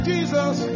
Jesus